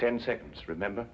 ten seconds remember